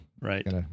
right